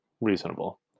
reasonable